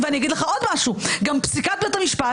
ואני אגיד לך עוד משהו: גם פסיקת בית המשפט,